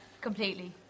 Completely